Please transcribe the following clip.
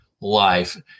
life